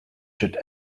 should